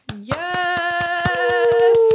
Yes